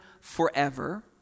forever